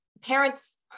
parents